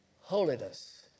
holiness